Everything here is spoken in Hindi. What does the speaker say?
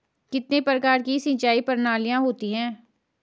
कितने प्रकार की सिंचाई प्रणालियों होती हैं?